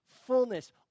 fullness